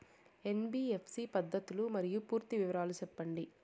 NBFC పద్ధతులు మరియు పూర్తి వివరాలు సెప్పండి?